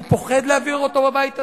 הוא פוחד להעביר אותו בבית הזה?